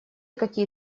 какие